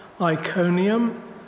Iconium